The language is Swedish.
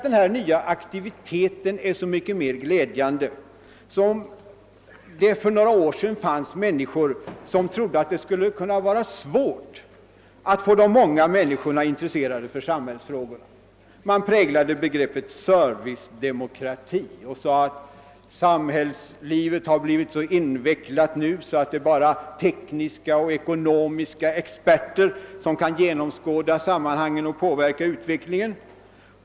Denna nya aktivitet är så mycket mer glädjande som det för några år sedan fanns de som trodde att det skulle kunna vara svårt att få de många människorna intresserade för samhällsfrågorna. Man präglade begreppet >»servicedemokrati« och sade att samhällslivet nu blivit så invecklat, att det bara var tekniska och ekonomiska experter som kunde genomskåda sammanhangen och påverka utvecklingen.